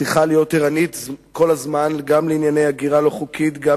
צריכה להיות ערנית כל הזמן גם לענייני הגירה לא חוקית וגם